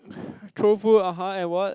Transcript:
throw food (uh huh) and what